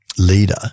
leader